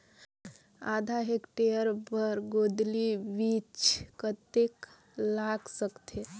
आधा हेक्टेयर बर गोंदली बीच कतेक लाग सकथे?